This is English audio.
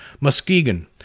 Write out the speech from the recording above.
Muskegon